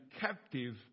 captive